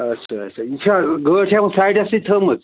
آچھا آچھا یہِ چھےٚ گٲڑۍ چھےٚ یِمو سایڈَسٕے تھٲمٕژ